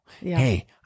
Hey